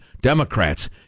Democrats